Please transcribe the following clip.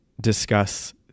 discuss